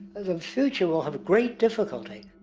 the future will have great difficulty.